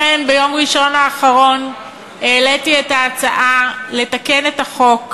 לכן ביום ראשון האחרון העליתי את ההצעה לתקן את החוק.